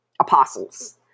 apostles